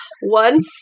One